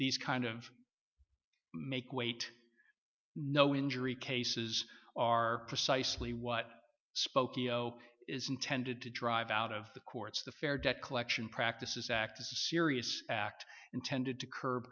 these kind of make wait no injury cases are precisely what spokeo is intended to drive out of the courts the fair debt collection practices act is a serious act intended to curb